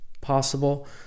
possible